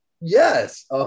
Yes